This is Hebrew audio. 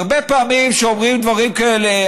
הרבה פעמים כשאומרים דברים כאלה,